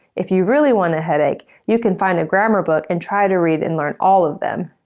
if you really want a headache, you can find a grammar book and try to read and learn all of them.